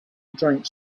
drank